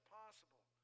possible